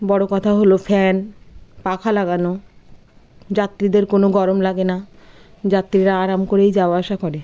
বড়ো কথা হলো ফ্যান পাখা লাগানো যাত্রীদের কোনো গরম লাগে না যাত্রীরা আরাম করেই যাওয়া আসা করে